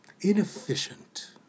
inefficient